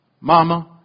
Mama